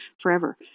forever